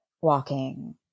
walking